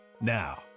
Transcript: Now